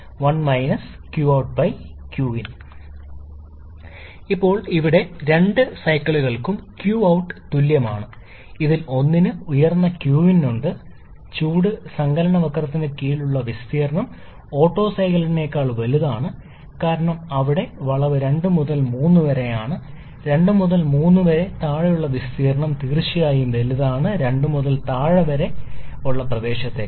1 𝑞𝑜𝑢𝑡 qin ഇപ്പോൾ ഇവിടെ രണ്ട് സൈക്കിളുകൾക്കും qout തുല്യമാണ് അതിൽ ഒന്നിന് ഉയർന്ന ക്വിൻ ഉണ്ട് ചൂട് സങ്കലന വക്രത്തിന് കീഴിലുള്ള വിസ്തീർണ്ണം ഓട്ടോ സൈക്കിളിനേക്കാൾ വലുതാണ് കാരണം അവിടെ ചൂട് സങ്കലനം വളവ് 2 മുതൽ 3 വരെയാണ് 2 മുതൽ 3 വരെ താഴെയുള്ള വിസ്തീർണ്ണം തീർച്ചയായും വലുതാണ് 2 മുതൽ 3 വരെ താഴെയുള്ള പ്രദേശത്തേക്കാൾ